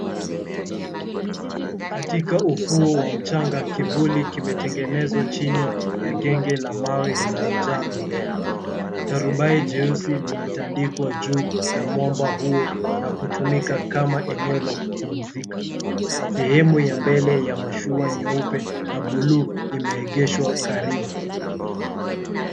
Katika ufuo wa mchanga, kivuli kimetengenezwa chini ya genge la mawe lililojaa mimea. Tarubai jeusi limetandikwa juu ya mwamba huo na kutumika kama eneo la kupumzika. Sehemu ya mbele ya mashua nyeupe na buluu imeegeshwa karibu.